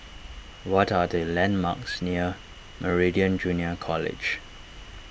what are the landmarks near Meridian Junior College